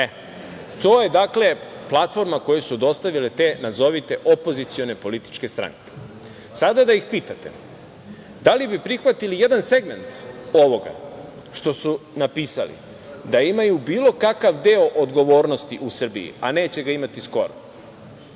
To je platforma koju su dostavile te nazovi opozicione političke stranke. Sada da ih pitate da li bi prihvatili i jedan segment ovoga što su napisali, da imaju bilo kakav deo odgovornosti u Srbiji, a neće ga imati skoro,